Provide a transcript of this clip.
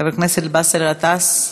חבר הכנסת באסל גטאס,